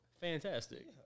fantastic